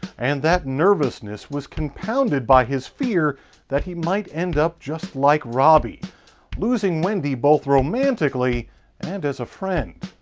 and that nervousness was compounded by his fear that he might end up just like robbie losing wendy both romantically and as a friend.